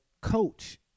coach